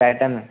pattern आहे